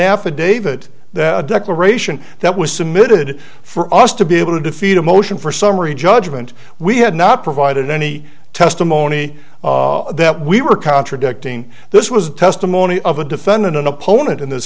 affidavit that a declaration that was submitted for us to be able to defeat a motion for summary judgment we had not provided any testimony that we were contradicting this was the testimony of a defendant an opponent in this